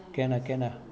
can can lah